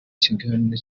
kiganiro